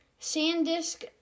SanDisk